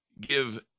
give